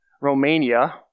Romania